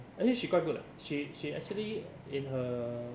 at least she quite good she she actually in her